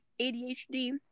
ADHD